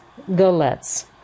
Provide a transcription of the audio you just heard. Galettes